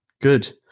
Good